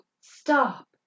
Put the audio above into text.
Stop